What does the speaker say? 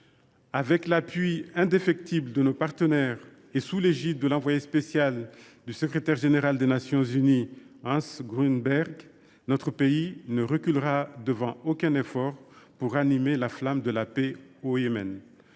sur l’appui indéfectible de ses partenaires et œuvre sous l’égide de l’envoyé spécial du secrétaire général des Nations unies, Hans Grundberg, ne reculera devant aucun effort pour ranimer la flamme de la paix au Yémen.